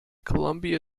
columbia